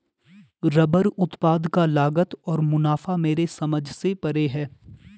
rubber उत्पाद का लागत और मुनाफा मेरे समझ से परे है